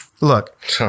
Look